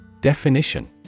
Definition